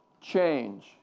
change